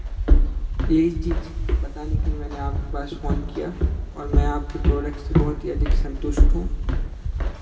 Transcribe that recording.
यही चीज़ बताने के लिये मैनें आपको आज फोन किया और मैं आपके प्रोडक्ट से बहुत ही अधिक संतुष्ट हूँ